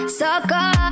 sucker